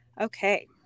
Okay